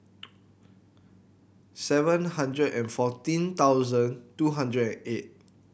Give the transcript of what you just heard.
seven hundred and fourteen thousand two hundred and eight